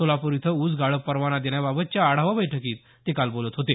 सोलापूर इथं ऊस गाळप परवाना देण्याबाबतच्या आढावा बैठकीत ते बोलत होते